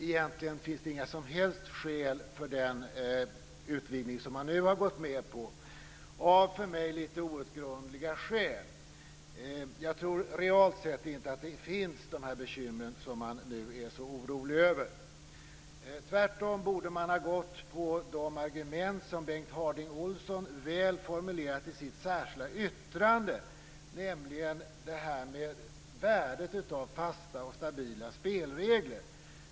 Egentligen finns det inte några som helst skäl för den utvidgning som man nu har gått med på av för mig litet outgrundliga skäl. Jag tror realt sett inte att de bekymmer som man nu är så orolig över finns. Tvärtom borde man ha gått på de argument som Bengt Harding Olson väl har formulerat i sitt särskilda yttrande, nämligen värdet av fasta och stabila spelregler.